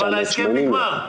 אבל ההסכם נגמר.